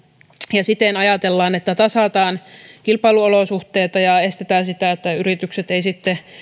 ja siten ajatellaan että tasataan kilpailuolosuhteita ja varmistetaan että yritykset eivät sitten